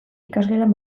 ikasgelan